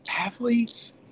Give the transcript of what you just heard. Athletes